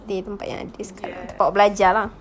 stay tempat yang ada sekarang tempat yang awak belajar lah